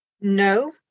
no